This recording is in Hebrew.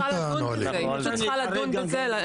היא פשוט צריכה לדון בזה.